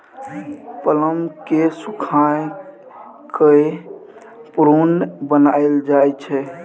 plum केँ सुखाए कए प्रुन बनाएल जाइ छै